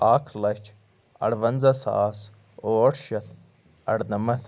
اکھ لَچھ اَروَنزاہ ساس ٲٹھ شَتھ اَرنَمَتھ